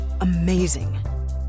amazing